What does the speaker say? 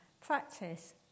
practice